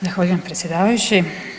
Zahvaljujem, predsjedavajući.